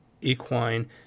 equine